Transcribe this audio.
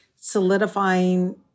solidifying